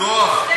לפתוח.